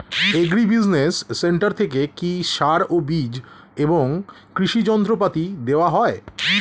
Agri business centre থেকে কি সার ও বিজ এবং কৃষি যন্ত্র পাতি দেওয়া হয়?